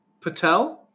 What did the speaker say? Patel